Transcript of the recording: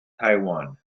taiwan